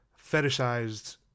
fetishized